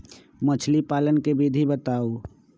मछली पालन के विधि बताऊँ?